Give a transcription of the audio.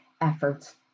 efforts